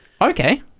Okay